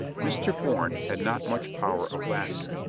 mr. bourne had not much power of laughter,